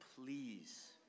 please